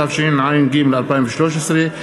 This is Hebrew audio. התשע"ג 2013,